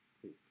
Please